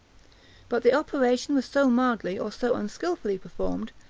but the operation was so mildly, or so unskilfully, performed,